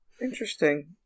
Interesting